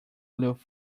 aloof